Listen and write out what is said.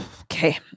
Okay